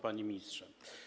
Panie Ministrze!